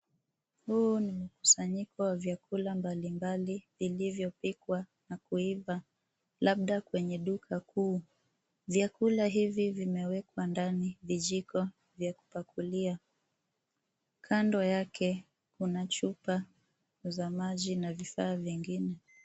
Huu ni mkusanyiko wa vyakula mbalimbali, vilivyo pikwa na kuiva, labda kwenye duka kuu. Vyakula hivi vimewekwa ndani vijiko vya kupakulia. Kando yake kuna chupa za maji na vifaa vingine.